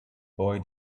boy